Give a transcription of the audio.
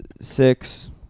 six